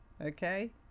okay